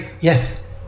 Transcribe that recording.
Yes